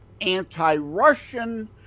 anti-Russian